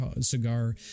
cigar